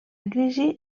crisi